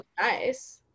nice